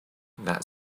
that